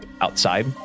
outside